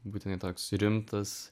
būtinai toks rimtas